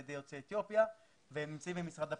על ידי יוצאי אתיופיה והרשימות במשרד הפנים.